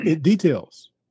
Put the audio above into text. details